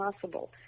possible